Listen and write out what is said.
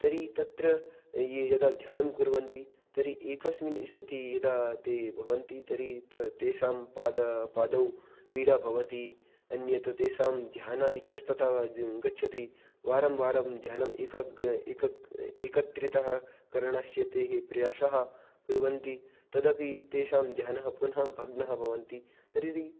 तर्हि तत्र ये यदा ध्यानं कुर्वन्ति तर्हि एकस्मिन् स्थितिः यदा ते भवन्ति तर्हि ते तेषां पाद पादौ पीडा भवति अन्यत् त् तेषां ध्यानं इतस्ततः गच्छति वारं वारं ध्यानम् एक एकक एकत्रितः करणस्य तैः प्रयासः कुर्वन्ति तदपि तेषां ध्यानं पुनः भग्नः भवन्ति तर्हि